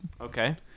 Okay